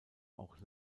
auch